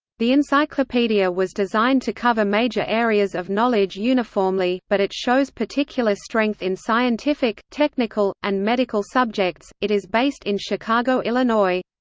the encyclopedia was designed to cover major areas of knowledge uniformly, but it shows particular strength in scientific, technical, and medical subjects it is based in chicago, illinois.